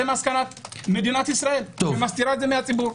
זו מסקנת מדינת ישראל שמסתירה את זה מהציבור.